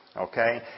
Okay